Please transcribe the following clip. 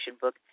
book